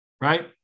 right